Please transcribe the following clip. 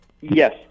Yes